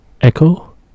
echo